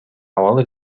абалы